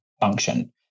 function